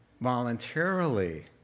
voluntarily